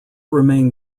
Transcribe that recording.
remain